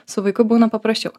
su vaiku būna paprasčiau